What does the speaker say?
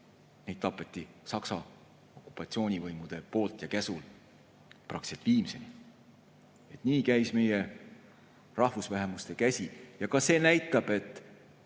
jäid, tapeti Saksa okupatsioonivõimude poolt ja käsul praktiliselt viimseni. Nii käis meie rahvusvähemuste käsi. Ka see näitab, et